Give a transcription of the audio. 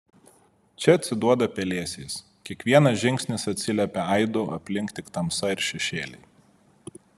čia atsiduoda pelėsiais kiekvienas žingsnis atsiliepia aidu aplinkui tik tamsa ir šešėliai